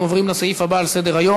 אנחנו עוברים לסעיף הבא על סדר-היום: